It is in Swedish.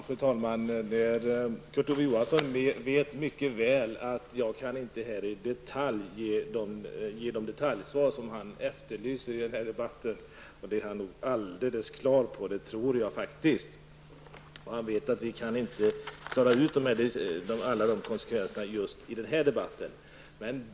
Fru talman! Kurt Ove Johansson vet mycket väl att jag inte här kan ge de detaljsvar som han efterlyser i debatten. Det har han nog alldeles klart för sig. Det tror jag faktiskt. Han vet att vi inte kan klara ut alla de konsekvenserna i just den här debatten.